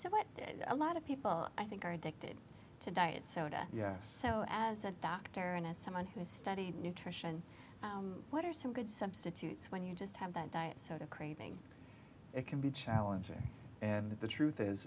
so what a lot of people i think are addicted to diet soda yeah so as a doctor and as someone who has studied nutrition what are some good substitutes when you just have that diet soda craving it can be challenging and that the truth is